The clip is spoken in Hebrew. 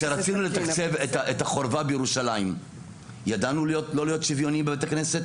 כשרצינו לתקצב את החורבה בירושלים ידענו לא להיות שוויוניים בבית הכנסת?